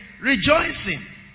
rejoicing